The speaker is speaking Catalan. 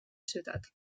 ciutat